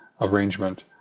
arrangement